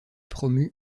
promu